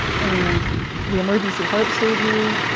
and the emergency heart surgery.